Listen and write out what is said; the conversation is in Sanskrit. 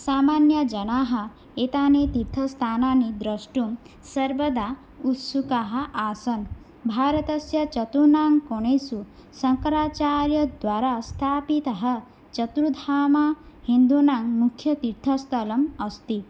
सामन्यजनाः एतानि तीर्थस्थानानि द्रष्टुं सर्वदा उत्सुकाः आसन् भारतस्य चतुर्णां कोणेषु शङ्कराचार्यद्वारा स्थापितः चतुर्धामा हिन्दूनां मुख्यतीर्थस्थलम् अस्ति